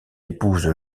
épouse